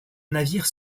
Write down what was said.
navire